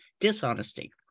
dishonesty